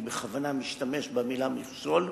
אני בכוונה משתמש במלה מכשול,